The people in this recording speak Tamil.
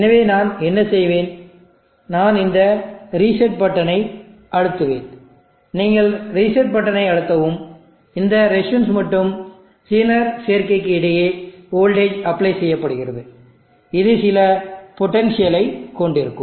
எனவே நான் என்ன செய்வேன் நான் இந்த ரிசெட் பட்டனை அழுத்துவேன் நீங்கள் ரிசெட் பட்டனை அழுத்தவும் இந்த ரெசிஸ்டன்ஸ் மற்றும் ஜீனர் சேர்க்கைக்கு இடையே வோல்டேஜ் அப்ளே செய்யப்படுகிறது இது சில பொட்டன்ஷியல் ஐ கொண்டிருக்கும்